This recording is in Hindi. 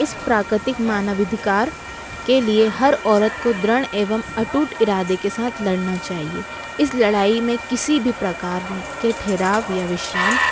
इस प्राकृतिक मानवाधिकार के लिए हर औरत को द्रण एवम् अटूट इरादे के साथ लड़ना चाहिए इस लड़ाई में किसी भी प्रकार में के ठहराव या विश्राम